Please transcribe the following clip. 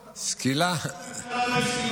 את הקונספציה וראש הממשלה לא הסכים,